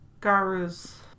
Garu's